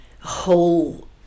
whole